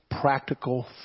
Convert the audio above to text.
practical